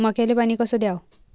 मक्याले पानी कस द्याव?